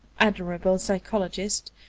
admirable psychologist,